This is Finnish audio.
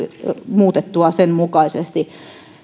muutettua sen mukaisesti